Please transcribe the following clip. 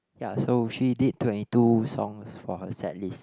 so ya she did twenty two songs from her set list